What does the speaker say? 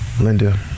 Linda